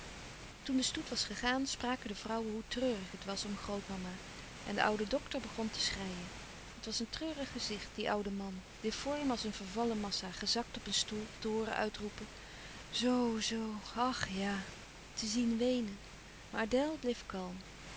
toen de stoet was gegaan spraken de vrouwen hoe treurig het was om grootmama en de oude dokter begon te schreien het was een treurig gezicht die oude man difform als een vervallen massa gezakt op een stoel te hooren uitroepen zoo-zoo ach ja te zien weenen maar adèle bleef kalm